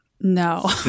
No